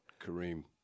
Kareem